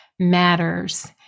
matters